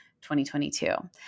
2022